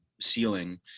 ceiling